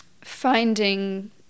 finding